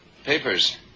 papers